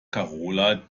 karola